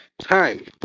Time